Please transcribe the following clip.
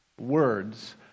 words